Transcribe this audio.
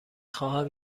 خواهم